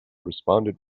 responded